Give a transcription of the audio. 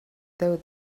though